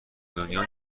دنیا